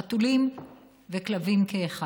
חתולים וכלבים כאחד.